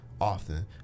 often